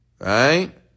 Right